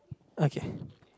okay